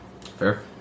Fair